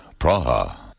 Praha